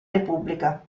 repubblica